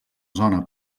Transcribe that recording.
zona